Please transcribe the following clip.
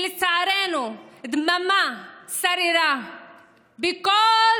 לצערנו, דממה שררה בכל